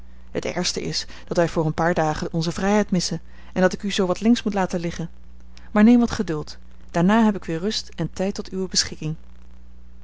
het ergste is dat wij voor een paar dagen onze vrijheid missen en dat ik u zoo wat links moet laten liggen maar neem wat geduld daarna heb ik weer rust en tijd tot uwe beschikking